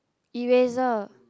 eraser